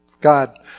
God